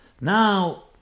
Now